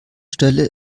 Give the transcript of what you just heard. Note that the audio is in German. stelle